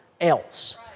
else